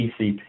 TCP